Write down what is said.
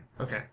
Okay